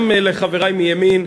גם לחברי מימין,